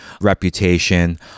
reputation